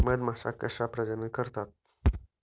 मधमाश्या कशा प्रजनन करतात?